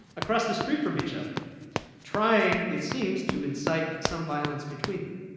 across the street from each other trying it seems to incite some violence between them.